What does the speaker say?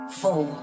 four